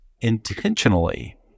intentionally